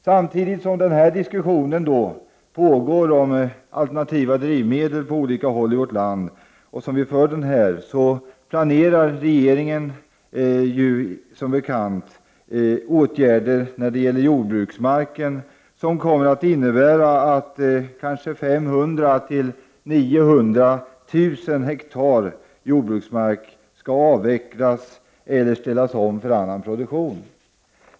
Samtidigt som diskussionen pågår om alternativa drivmedel på olika håll i vårt land planerar regeringen som bekant åtgärder när det gäller jordbruksmarken som kommer att innebära att kanske 500 000-900 000 hektar jordbruksmark skall avvecklas eller ställas om för annan produktion.